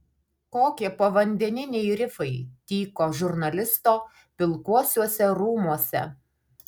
kokie povandeniniai rifai tyko žurnalisto pilkuosiuose rūmuose